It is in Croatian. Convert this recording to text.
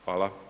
Hvala.